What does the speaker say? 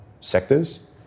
sectors